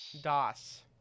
DOS